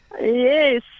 Yes